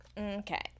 okay